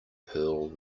pearl